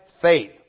faith